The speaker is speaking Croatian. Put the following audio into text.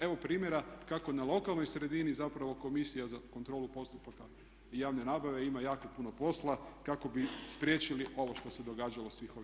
Evo primjera kako na lokalnoj sredini zapravo komisija za kontrolu postupaka javne nabave ima jako puno posla kao bi spriječili ovo što se događalo svih ovih godina.